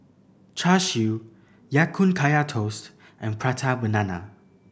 Char Siu Ya Kun Kaya Toast and Prata Banana